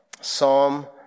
Psalm